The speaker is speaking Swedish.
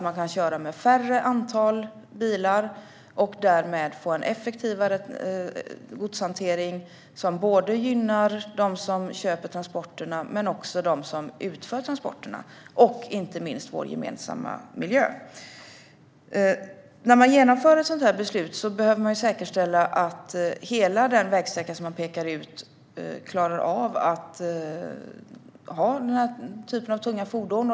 Man kan köra med färre antal bilar och därmed få en effektivare godshantering som både gynnar dem som köper transporterna och dem som utför transporterna och inte minst vår gemensamma miljö. När man genomför ett sådant beslut behöver man säkerställa att hela den vägsträcka som man pekar ut klarar av att ha den typen av tunga fordon.